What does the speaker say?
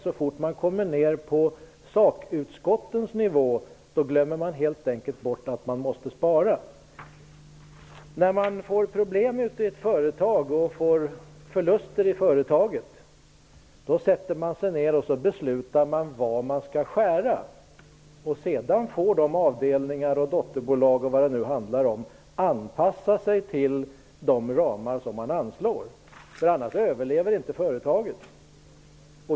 Så fort man kommer ned på sakutskottens nivå glömmer man helt enkelt bort att man måste spara. När man får problem i ett företag och det uppstår förluster, då sätter man sig ned och beslutar var man skall skära. Sedan får avdelningar och dotterbolag eller vad det handlar om anpassa sig till de ramar som man anslår, annars överlever inte företaget.